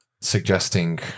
suggesting